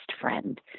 friend